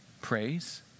praise